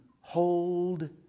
hold